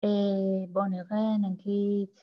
בוא נראה נגיד